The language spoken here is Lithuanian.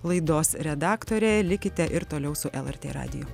laidos redaktorė likite ir toliau su lrt radiju